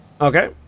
Okay